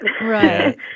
Right